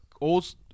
old